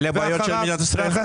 אלה הבעיות של מדינת ישראל?